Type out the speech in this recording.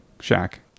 shack